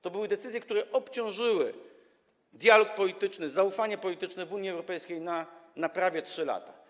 To były decyzje, które obciążyły dialog polityczny, zaufanie polityczne w Unii Europejskiej na prawie 3 lata.